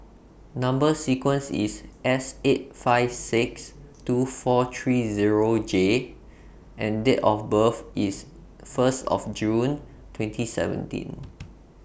Number sequence IS S eight five six two four three Zero J and Date of birth IS First June twenty seventeen